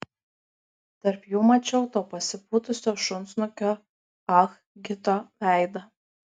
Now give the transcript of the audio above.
tarp jų mačiau to pasipūtusio šunsnukio ah gito veidą